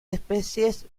especies